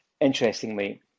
interestingly